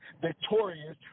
victorious